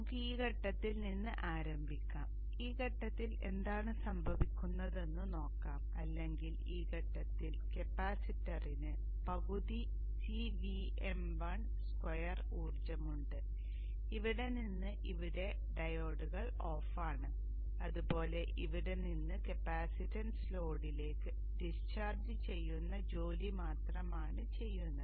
നമുക്ക് ഈ ഘട്ടത്തിൽ നിന്ന് ആരംഭിക്കാം ഈ ഘട്ടത്തിൽ എന്താണ് സംഭവിക്കുന്നതെന്ന് നമുക്ക് നോക്കാം അല്ലെങ്കിൽ ഈ ഘട്ടത്തിൽ കപ്പാസിറ്ററിന് പകുതി CVm1 സ്ക്വയർ ഊർജ്ജമുണ്ട് ഇവിടെ നിന്ന് ഇവിടെ ഡയോഡുകൾ ഓഫാണ് അതുപോലെ ഇവിടെ നിന്ന് കപ്പാസിറ്റൻസ് ലോഡിലേക്ക് ഡിസ്ചാർജ് ചെയ്യുന്ന ജോലി മാത്രമാണ് ചെയ്യുന്നത്